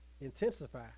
intensify